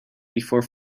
before